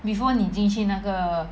before 你进去那个